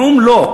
נאום לא,